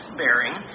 bearing